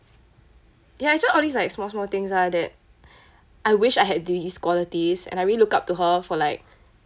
ya so all these like small small things ah that I wish I had these qualities and I really look up to her for like